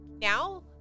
now